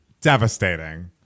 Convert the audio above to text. Devastating